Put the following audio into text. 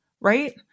Right